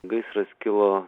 gaisras kilo